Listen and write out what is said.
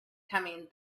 coming